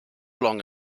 long